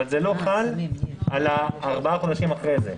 זה לא חל על הארבעה חודשים אחרי זה.